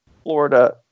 Florida